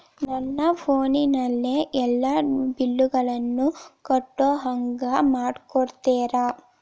ನನ್ನ ಫೋನಿನಲ್ಲೇ ಎಲ್ಲಾ ಬಿಲ್ಲುಗಳನ್ನೂ ಕಟ್ಟೋ ಹಂಗ ಮಾಡಿಕೊಡ್ತೇರಾ?